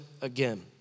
again